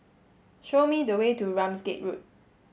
show me the way to Ramsgate Road